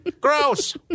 Gross